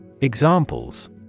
Examples